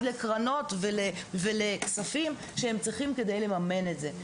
לקרנות ולכספים שהם צריכים כדי לממן את זה.